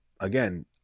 again